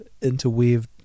interweaved